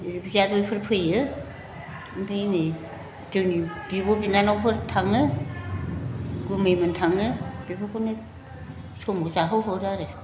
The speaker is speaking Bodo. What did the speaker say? बे बियादैफोर फैयो ओमफ्राय नै जोंनि बिब' बिनानावफोर थाङो गुमैमोन थाङो बेफोरखौनो समाव जाहोहरो आरो